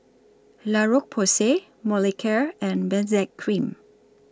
La Roche Porsay Molicare and Benzac Cream